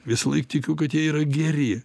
visąlaik tikiu kad jie yra geri